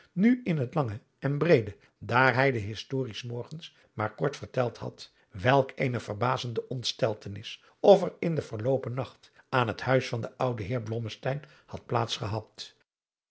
nu in het lange en breede daar hij de historie s morgens maar kort verteld had welk eene verbazende ontsteltenis of er in den verloopen nacht aan het huis van den ouden heer blommesteyn had